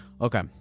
Okay